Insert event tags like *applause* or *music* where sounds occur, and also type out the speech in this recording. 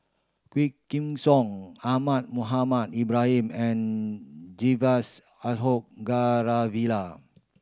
Quah Kim Song Ahmad Mohamed Ibrahim and *unintelligible* Ashok Ghariwala